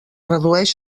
redueix